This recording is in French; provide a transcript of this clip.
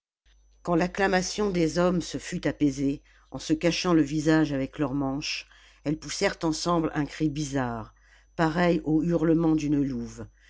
quand facclamation des hommes se fut apaisée en se cachant le visage avec leurs manches elles poussèrent ensemble un cri bizarre pareil au hurlement d'une louve